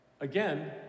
Again